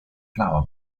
flower